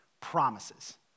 promises